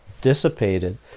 dissipated